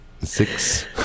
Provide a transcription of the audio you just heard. Six